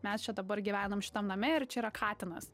mes čia dabar gyvenam šitam name ir čia yra katinas